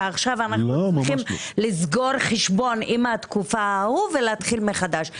ועכשיו אנחנו צריכים לסגור חשבון עם התקופה ההיא ולהתחיל מחדש.